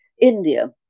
India